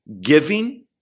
giving